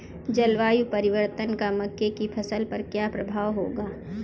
जलवायु परिवर्तन का मक्के की फसल पर क्या प्रभाव होगा?